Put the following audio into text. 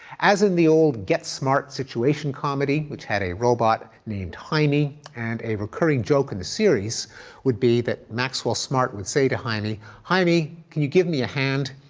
as in the old get smart situation comedy, which had a robot named, hymie, and a recurring joke in the series would be that maxwell smart would say to hymie, hymie, can you give me a hand?